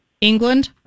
England